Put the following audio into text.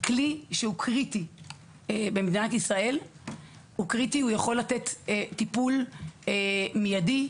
כלי קריטי במדינת ישראל שיכול לתת טיפול מידי.